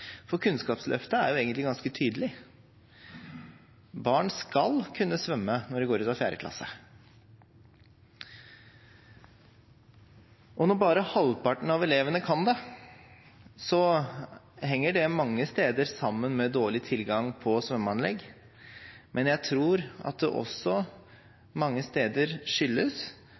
Kunnskapsløftet er egentlig ganske tydelig: Barn skal kunne svømme når de går ut av 4. klasse. Og når bare halvparten av elevene kan det, henger det mange steder sammen med dårlig tilgang på svømmeanlegg, men jeg tror at det mange steder også skyldes